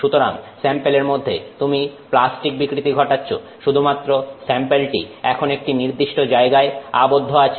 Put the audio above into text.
সুতরাং স্যাম্পেলের মধ্যে তুমি প্লাস্টিক বিকৃতি ঘটাচ্ছ শুধুমাত্র স্যাম্পেলটি এখন একটি নির্দিষ্ট জায়গায় আবদ্ধ আছে